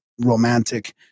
romantic